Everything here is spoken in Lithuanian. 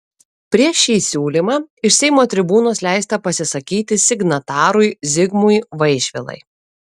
prieš šį siūlymą iš seimo tribūnos leista pasisakyti signatarui zigmui vaišvilai